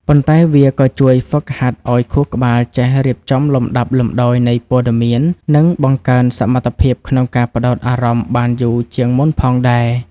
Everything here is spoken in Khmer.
ប៉ុន្តែវាក៏ជួយហ្វឹកហាត់ឱ្យខួរក្បាលចេះរៀបចំលំដាប់លំដោយនៃព័ត៌មាន និងបង្កើនសមត្ថភាពក្នុងការផ្តោតអារម្មណ៍បានយូរជាងមុនផងដែរ។